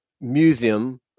Museum